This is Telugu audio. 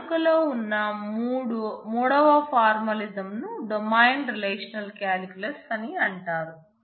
వాడుకలో ఉన్న మూడవ ఫార్మాలిజమ్ ను డొమైన్ రిలేషనల్ కాలిక్యులస్ అని అంటారు